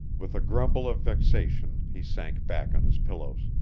with a grumble of vexation he sank back on his pillows.